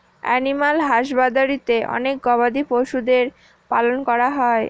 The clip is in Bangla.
এনিম্যাল হাসবাদরীতে অনেক গবাদি পশুদের পালন করা হয়